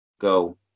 go